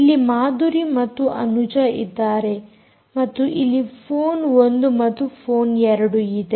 ಇಲ್ಲಿ ಮಾಧುರಿ ಮತ್ತು ಅನುಜ ಇದ್ದಾರೆ ಮತ್ತು ಇಲ್ಲಿ ಫೋನ್1 ಮತ್ತು ಫೋನ್2 ಇದೆ